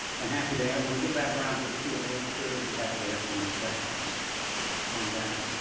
and happy to, and when we get back around to the q and a period, i'll be happy to answer any questions on that,